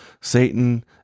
Satan